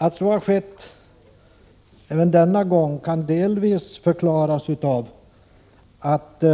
Att så har skett även denna gång kan delvis förklaras av att